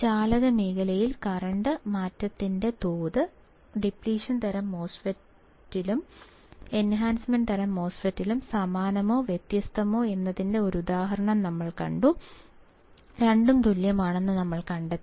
ചാലക മേഖലയിലെ കറന്റ് മാറ്റത്തിന്റെ തോത് ഡിപ്ലിഷൻ തരം മോസ്ഫെറ്റ്ലും എൻഹാൻസ്മെൻറ് തരം മോസ്ഫെറ്റ്ലും സമാനമോ വ്യത്യസ്തമോ എന്നതിന്റെ ഒരു ഉദാഹരണം ഞങ്ങൾ കണ്ടു രണ്ടും തുല്യമാണെന്ന് ഞങ്ങൾ കണ്ടെത്തി